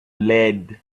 led